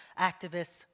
activists